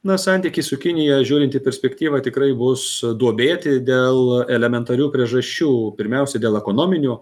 na santykiai su kinija žiūrint į perspektyvą tikrai bus duobė tai dėl elementarių priežasčių pirmiausia dėl ekonominių